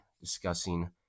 discussing